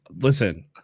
listen